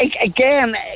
Again